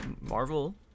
Marvel